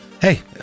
hey